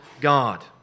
God